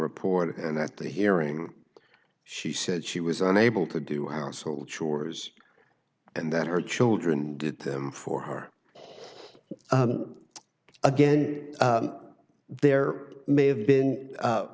report and that the hearing she said she was unable to do household chores and that her children did them for her again there may have been